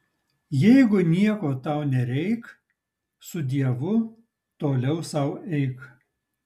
jeigu nieko tau nereik su dievu toliau sau eik